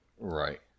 right